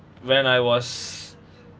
when I was